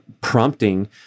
prompting